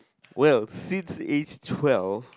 well since age twelve